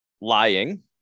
lying